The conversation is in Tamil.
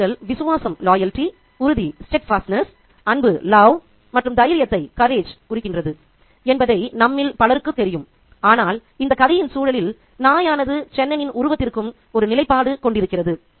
நாய்கள் விசுவாசம் உறுதி அன்பு மற்றும் தைரியத்தை குறிக்கின்றது என்பதை நம்மில் பலருக்குத் தெரியும் ஆனால் இந்த கதையின் சூழலில் நாயானது சென்னனின் உருவத்திற்கும் ஒரு நிலைப்பாடு கொண்டிருக்கிறது